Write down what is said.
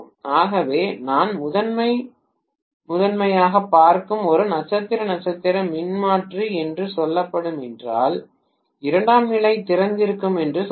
ஆகவே நான் முதன்மையாக முதன்மையாகப் பார்க்கும் ஒரு நட்சத்திர நட்சத்திர மின்மாற்றி என்று சொல்லட்டும் என்றால் இரண்டாம் நிலை திறந்திருக்கும் என்று சொல்லலாம்